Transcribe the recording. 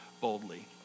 boldly